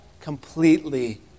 Completely